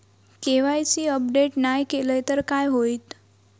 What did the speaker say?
KYC update नाय केलय तर काय होईत?